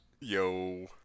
Yo